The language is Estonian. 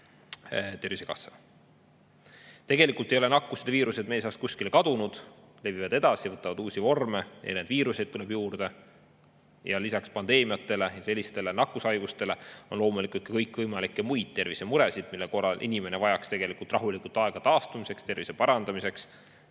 Tegelikult ei ole nakkused ja viirused meie seast kuskile kadunud, need levivad edasi, võtavad uusi vorme ja viiruseid tuleb juurde. Lisaks pandeemiatele ja nakkushaigustele on loomulikult ka kõikvõimalikke muid tervisemuresid, mille korral inimene vajab tegelikult rahulikult aega taastumiseks, tervise parandamiseks,